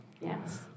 Yes